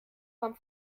vom